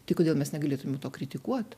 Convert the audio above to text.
tai kodėl mes negalėtume to kritikuot